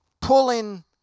pulling